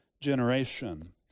generation